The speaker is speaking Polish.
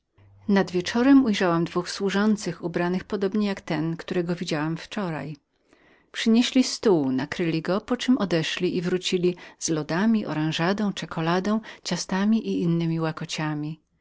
nad wieczorem ujrzałam dwóch służących ubranych podobnie jak wczoraj przynieśli stół nakryli go poczem odeszli i wrócili z lodami oranżadą czekuladą ciastami i innemi łakotkami